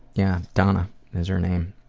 yeah donna and is her name.